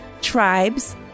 tribes